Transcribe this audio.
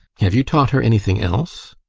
have you taught her anything else?